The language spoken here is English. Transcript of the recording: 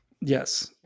yes